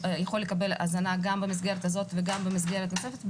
הזנה גם במסגרת הזאת וגם במסגרת הזאת,